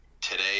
Today